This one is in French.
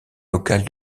locale